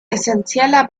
essenzieller